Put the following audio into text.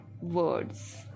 words